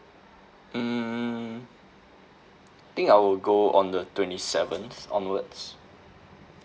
mm think I'll go on the twenty seventh onwards